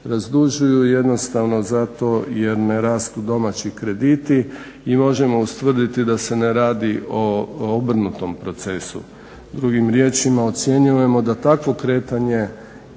razdužuju jednostavno zato jer ne rastu domaći krediti i možemo ustvrditi da se ne radi o obrnutom procesu, drugim riječima ocjenjujemo da takvo kretanje